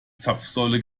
zapfsäule